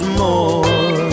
more